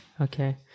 Okay